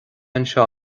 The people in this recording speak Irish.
anseo